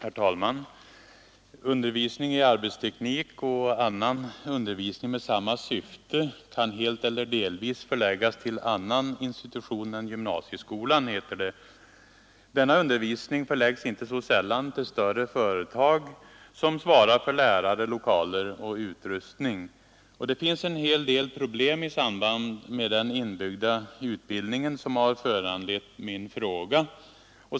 Herr talman! Undervisning i arbetsteknik och annan undervisning med samma syfte kan helt eller delvis förläggas till annan institution än gymnasieskolan, heter det. Denna undervisning förlägges inte så sällan till större företag som svarar för lärare, lokaler och utrustning. Det finns en hel del problem i samband med den inbyggda utbildningen vilka har föranlett min fråga.